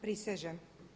Prisežem.